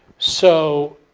so